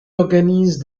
organise